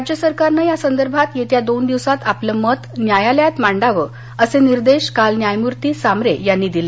राज्य सरकारनं या संदर्भात येत्या दोन दिवसांत आपलं मत न्यायालयात मांडवं असे निर्देश काल न्यायमूर्ती सांबरे यांनी दिले